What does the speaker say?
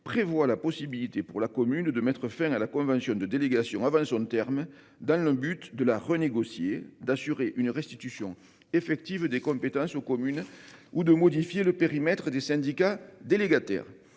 de la commission permet à la commune de mettre fin à la convention de délégation avant son terme dans le but de la renégocier, d'assurer une restitution effective des compétences aux communes ou de modifier le périmètre des syndicats délégataires.